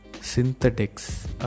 Synthetics